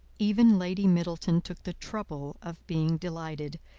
even lady middleton took the trouble of being delighted,